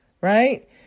Right